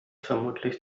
vermutlich